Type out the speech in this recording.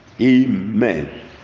amen